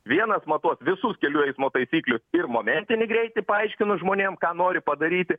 vienas matuot visus kelių eismo taisyklių ir momentinį greitį paaiškino žmonėm ką nori padaryti